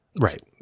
Right